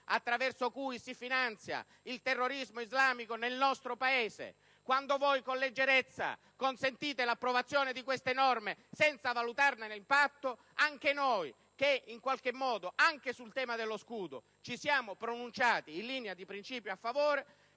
attraverso cui si finanzia il terrorismo islamico nel nostro Paese; quando consentite con leggerezza l'approvazione di tali norme senza valutarne l'impatto, noi, che anche sul tema dello scudo ci siamo pronunciati in linea di principio a favore,